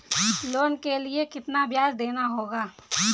Loan के लिए कितना ब्याज देना होगा?